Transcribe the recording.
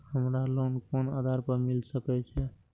हमरा लोन कोन आधार पर मिल सके छे?